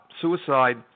suicide